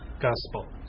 gospel